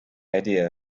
idea